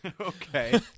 Okay